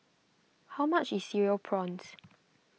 how much is Cereal Prawns